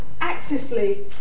actively